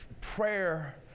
prayer